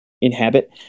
inhabit